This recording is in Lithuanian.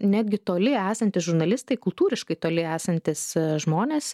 netgi toli esantys žurnalistai kultūriškai toli esantys žmonės